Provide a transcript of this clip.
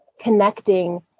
connecting